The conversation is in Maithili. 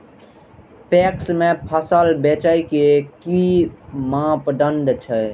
पैक्स में फसल बेचे के कि मापदंड छै?